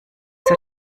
zur